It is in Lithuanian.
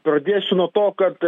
pradėsiu nuo to kad